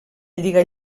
lliga